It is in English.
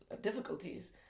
difficulties